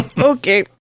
Okay